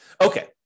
Okay